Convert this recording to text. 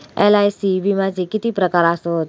LIC विम्याचे किती प्रकार आसत?